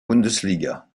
bundesliga